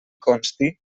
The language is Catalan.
consti